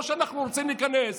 לא שאנחנו רוצים להיכנס.